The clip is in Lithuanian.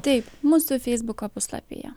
taip mūsų feisbuko puslapyje